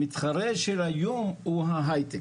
המתחרה של היום הוא ההייטק.